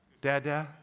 Dada